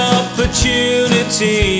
opportunity